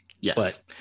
Yes